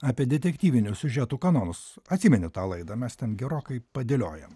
apie detektyvinio siužeto kanonus atsimeni tą laidą mes tam gerokai padėliojom